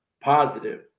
positive